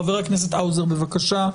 חבר הכנסת האוזר, בבקשה.